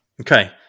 Okay